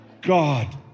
God